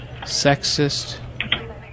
sexist